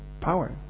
power